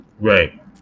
Right